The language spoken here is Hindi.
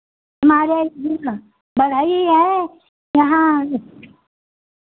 हमारे हियाँ बढ़ई हैं यहाँ